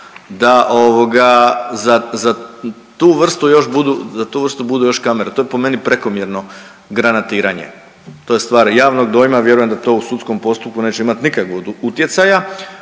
budu za tu vrstu budu još kamere, to je po meni prekomjerno granatiranje, to je stvar javnog dojma, a vjerujem da to u sudskom postupku neće imati nikakvog utjecaja,